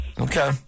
Okay